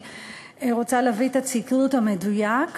אני רוצה להביא את הציטוט המדויק.